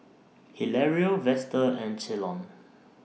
Hilario Vester and Ceylon